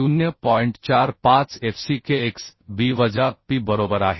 45 f c k x b वजा p बरोबर आहे